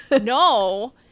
no